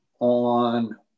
on